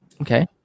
okay